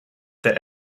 that